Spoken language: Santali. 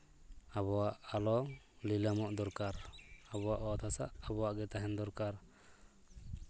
ᱟᱵᱚᱣᱟᱜ ᱟᱞᱚ ᱞᱤᱞᱟᱹᱢᱚᱜ ᱫᱚᱨᱠᱟᱨ ᱟᱵᱚᱣᱟᱜ ᱚᱛ ᱦᱟᱥᱟ ᱟᱵᱚᱣᱟᱜ ᱜᱮ ᱛᱟᱦᱮᱱ ᱫᱚᱨᱠᱟᱨ